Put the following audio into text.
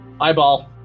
Eyeball